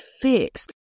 fixed